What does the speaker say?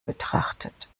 betrachtet